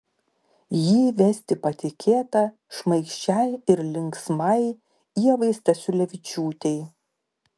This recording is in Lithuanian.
jį vesti patikėta šmaikščiai ir linksmai ievai stasiulevičiūtei